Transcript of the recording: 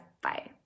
Bye